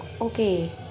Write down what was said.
okay